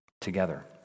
together